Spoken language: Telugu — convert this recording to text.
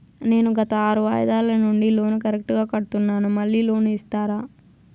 నేను గత ఆరు వాయిదాల నుండి లోను కరెక్టుగా కడ్తున్నాను, మళ్ళీ లోను ఇస్తారా?